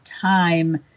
time